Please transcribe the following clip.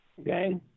okay